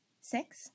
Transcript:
six